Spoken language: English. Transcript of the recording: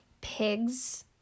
pig's